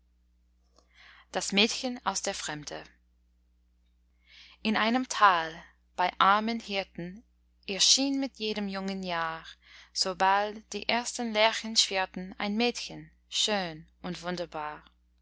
das mädchen aus der fremde in einem tal bei armen hirten erschien mit jedem jungen jahr sobald die ersten lerchen schwirrten ein mädchen schön und wunderbar